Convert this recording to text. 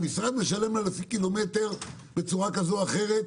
המשרד משלם לה לפי קילומטר בצורה כזו או אחרת,